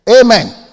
amen